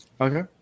Okay